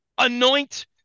Anoint